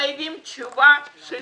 חייבים תשובה.